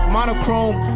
Monochrome